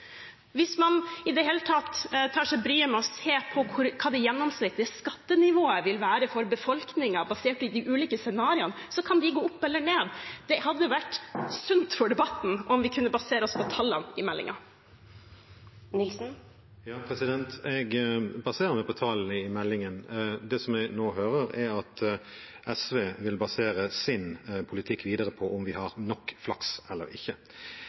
Hvis man i det hele tatt tar seg bryet med å se på hva det gjennomsnittlige skattenivået vil være for befolkningen, kan det, basert på de ulike scenarioene, gå opp eller ned. Det hadde vært sunt for debatten om vi kunne basere oss på tallene i meldingen. Jeg baserer meg på tallene i meldingen. Det som jeg nå hører, er at SV vil basere sin politikk videre på om vi har nok flaks eller ikke.